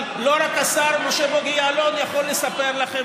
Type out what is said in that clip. לא רק השר משה בוגי יעלון יכול לספר לכם,